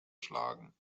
schlagen